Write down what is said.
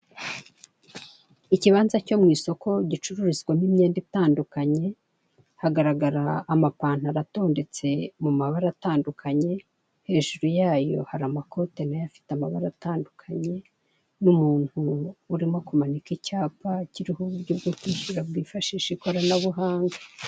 Ikibanza cyo mw'isoko gicururizwamo imyenda itandukanye. Hagaragara amapantaro atondetse mu mabara atandukanye, hejuru yayo hari amakote nayo afite amabara atandukanye, n'umuntu urimo kumanika icyapa kiriho uburyo bwo kwishyura bwifashisha ikoranabuhanga.